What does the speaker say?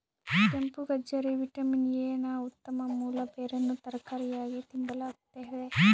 ಕೆಂಪುಗಜ್ಜರಿ vitamin A ನ ಉತ್ತಮ ಮೂಲ ಬೇರನ್ನು ತರಕಾರಿಯಾಗಿ ತಿಂಬಲಾಗ್ತತೆ